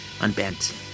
unbent